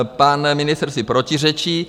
Pan ministr si protiřečí.